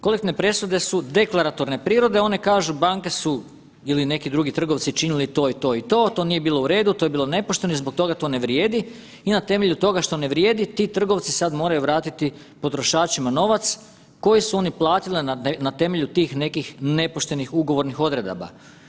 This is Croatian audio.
Kolektivne presude su deklaratorne prirode, one kažu banke su ili neki drugi trgovci činili to i to i to, to nije bilo u redu, to je bilo nepošteno i zbog toga to ne vrijedi i na temelju toga što ne vrijedi ti trgovci sad moraju vratiti potrošačima novac koji su oni platili na temelju tih nekih nepoštenih ugovornih odredaba.